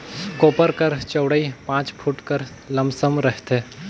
कोपर कर चउड़ई पाँच फुट कर लमसम रहथे